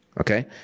okay